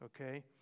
okay